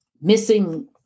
missing